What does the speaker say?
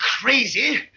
crazy